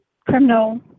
criminal